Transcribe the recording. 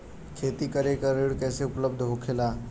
खेती करे के ऋण कैसे उपलब्ध होखेला?